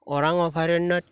ওৰাং অভয়াৰণ্যত